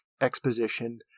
exposition